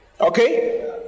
Okay